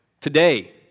today